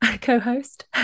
co-host